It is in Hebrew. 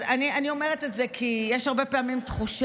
אני אומרת את זה, כי יש הרבה פעמים תחושה,